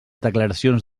declaracions